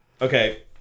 Okay